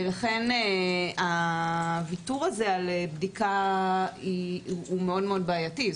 ולכן הוויתור הזה על בדיקה הוא מאוד-מאוד בעייתי.